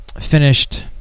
finished